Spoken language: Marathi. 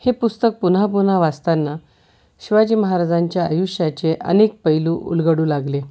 हे पुस्तक पुन्हा पुन्हा वाचताना शिवाजी महाराजांच्या आयुष्याचे अनेक पैलू उलगडू लागले